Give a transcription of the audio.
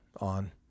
on